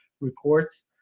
reports